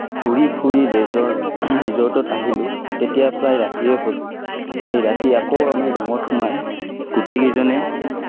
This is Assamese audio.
ঘূৰি ফুৰি ৰিজৰ্ট ৰিজৰ্টত আহিলোঁ তেতিয়া প্ৰায় ৰাতিয়েই হ'ল আহি ৰাতি আকৌ আমি ৰূমত সোমাই গোটেই কেইজনে